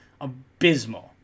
abysmal